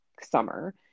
summer